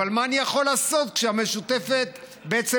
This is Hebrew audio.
אבל מה אני יכול לעשות כשהמשותפת בעצם